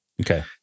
Okay